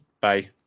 Bye